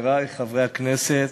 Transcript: חברי חברי הכנסת,